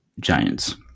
Giants